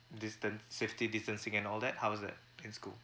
distance safety distancing and all that how was that in school